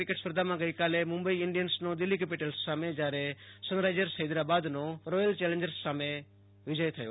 cricket સ્પર્ધામાં ગઈકાલે Mumbai Indians ઈલેવનનો દિલ્ફી કેપિટલ્સ સામે જયારે સનરાઈઝર્સ હૈદરાબાદનો રોયલ ચેલેન્જર્સ સામે વિજય થયો